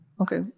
okay